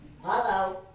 Hello